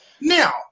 Now